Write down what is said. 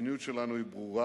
המדיניות שלנו ברורה.